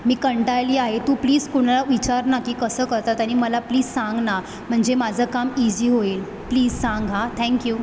मी कंटाळले आहे तू प्लीज कुणाला विचार ना की कसं करतात आणि मला प्लीज सांग ना म्हणजे माझं काम ईझी होईल प्लीज सांग हां थँक्यू